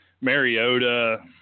Mariota